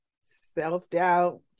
Self-doubt